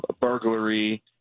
Burglary